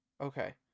Okay